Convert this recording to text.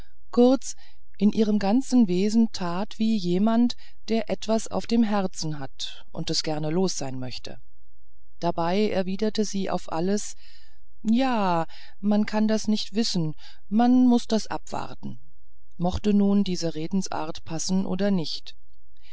kurz in ihrem ganzen wesen tat wie jemand der etwas auf dem herzen hat und es gern los sein möchte dabei erwiderte sie auf alles ja man kann das nicht wissen man muß das abwarten mochten nun diese redensarten passen oder nicht